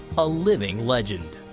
a living legend.